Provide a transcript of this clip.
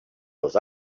was